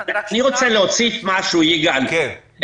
אני רוצה להוסיף משהו לדיון.